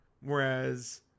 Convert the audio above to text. whereas